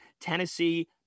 Tennessee